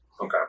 Okay